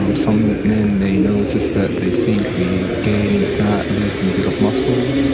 um some men may notice that they seem to be gaining fat, losing a bit of muscle.